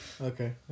Okay